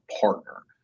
partner